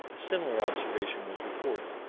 a similar observation was reported.